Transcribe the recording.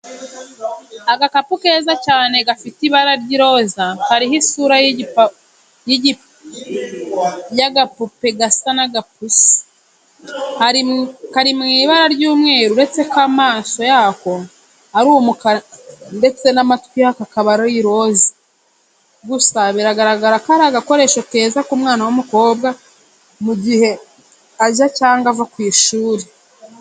Agakapu keza cyane gafite ibara ry'iroza kariho isura y'agapupe gasa n'agapusi, kari mu ibara ry'umweru uretse ko amaso yako ari umukara ndetse n'amatwi yako akab ari iroza, gusa bigaragara ko ari agakoresho keza ku mwana w'umukobwa mu gihe ajya cyangwa ava ku ishuri.